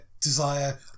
Desire